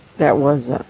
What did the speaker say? that wasn't